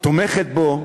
שתומכת בו,